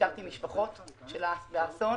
ביקרתי משפחות של נפגעי האסון.